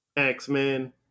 X-Men